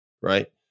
right